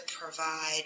provide